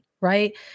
right